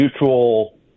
mutual –